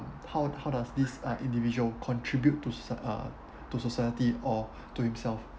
how how does this uh individual contribute to socie~ uh to society or to himself